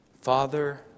Father